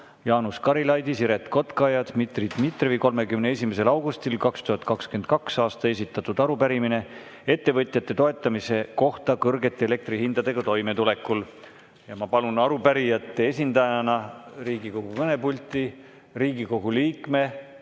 Jaanus Karilaidi, Siret Kotka ja Dmitri Dmitrijevi 31. augustil 2022. aastal esitatud arupärimine ettevõtjate toetamise kohta kõrgete elektrihindadega toimetulekul. Ma palun arupärijate esindajana Riigikogu kõnepulti Riigikogu liikme,